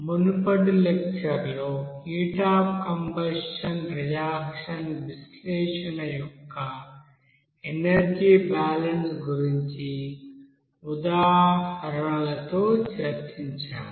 మునుపటి లెక్చర్ లో heat of combustion reaction విశ్లేషణ యొక్క ఎనర్జీ బాలన్స్ గురించి ఉదాహరణలతో చర్చించాము